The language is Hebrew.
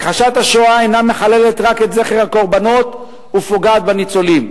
הכחשת השואה אינה מחללת רק את זכר הקורבנות ופוגעת בניצולים,